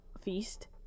Feast